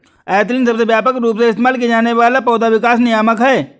ethylene सबसे व्यापक रूप से इस्तेमाल किया जाने वाला पौधा विकास नियामक है